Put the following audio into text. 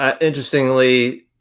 Interestingly